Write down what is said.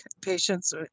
patients